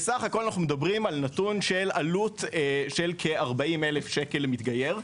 בסך הכל אנחנו מדברים על נתון של עלות של כ-40,000 שקל למתגייר,